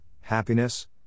happiness